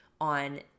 on